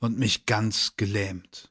und mich ganz gelähmt